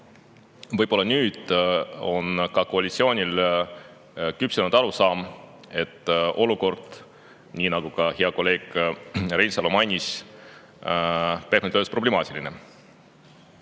võib-olla nüüdseks on ka koalitsioonil küpsenud arusaam, et olukord, nii nagu ka hea kolleeg Reinsalu mainis, on pehmelt öeldes problemaatiline.